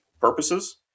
purposes